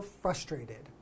frustrated